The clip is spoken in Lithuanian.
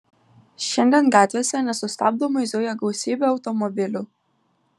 šiandien gatvėse nesustabdomai zuja gausybė automobilių